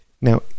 Now